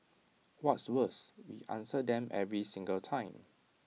what's worse we answer them every single time